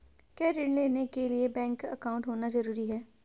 क्या ऋण लेने के लिए बैंक अकाउंट होना ज़रूरी है?